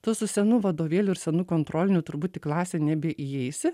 tu su senu vadovėliu ir senu kontroliniu turbūt į klasę nebeįeisi